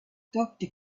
doctor